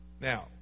Now